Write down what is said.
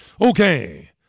Okay